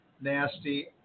nasty